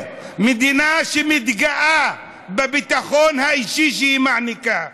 מדינה שמתגאה בביטחון האישי שהיא מעניקה.